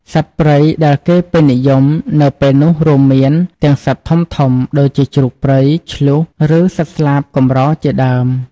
សត្វព្រៃដែលគេពេញនិយមនៅពេលនោះរួមមានទាំងសត្វធំៗដូចជាជ្រូកព្រៃ ឈ្លូស ឬសត្វស្លាបកម្រជាដើម។